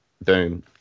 Boom